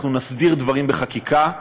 אנחנו נסדיר דברים בחקיקה.